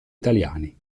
italiani